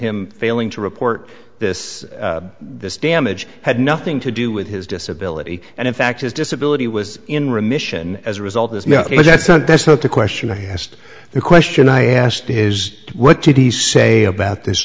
him failing to report this this damage had nothing to do with his disability and in fact his disability was in remission as a result is no but that's not that's not the question i asked the question i asked is what did he say about this